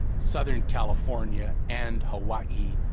southern california and hawaii,